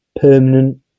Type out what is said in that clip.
permanent